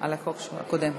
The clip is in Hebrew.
התשע"ז 2017, נתקבל.